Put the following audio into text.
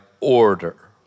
order